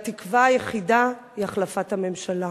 והתקווה היחידה היא החלפת הממשלה.